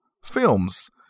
films